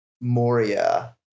moria